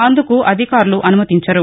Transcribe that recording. అందుకు అధికారులు అనుమతించరు